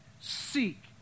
Seek